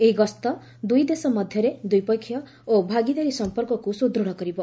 ଏହି ଗସ୍ତ ଦୁଇ ଦେଶ ମଧ୍ୟରେ ଦ୍ୱିପକ୍ଷିୟ ଓ ଭାଗିଦାରୀ ସମ୍ପର୍କକୁ ସୁଦୃଢ଼ କରିବ